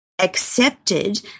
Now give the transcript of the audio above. accepted